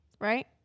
right